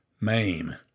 MAME